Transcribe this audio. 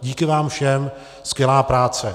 Díky vám všem, skvělá práce.